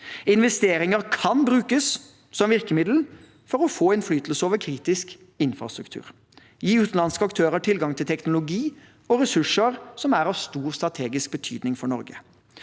Investeringer kan brukes som virkemiddel for å få innflytelse over kritisk infrastruktur og gi utenlandske aktører tilgang til teknologi og ressurser som er av stor strategisk betydning for Norge.